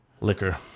liquor